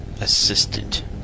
assistant